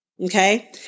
Okay